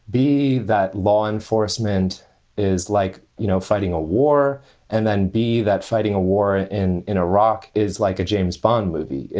b, that law enforcement is like, you know, fighting a war and then b, that fighting a war in in iraq is like a james bond movie.